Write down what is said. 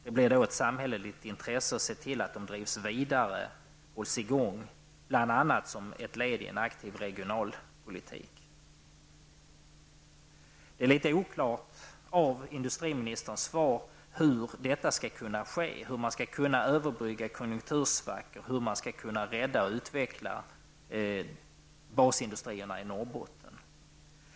Det blir då ett samhälleligt intresse att se till att de drivs vidare, bl.a. som ett led i en aktiv regionalpolitik. Industriministerns svar är litet oklart när det gäller hur detta skall ske, hur man skall kunna överbrygga konjunktursvackor och rädda och utveckla basindustrierna i Norrbotten.